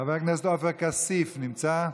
חבר הכנסת עופר כסיף נמצא?